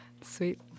Sweet